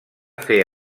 fer